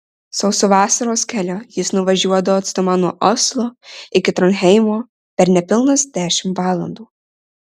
sausu vasaros keliu jis nuvažiuodavo atstumą nuo oslo iki tronheimo per nepilnas dešimt valandų